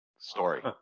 story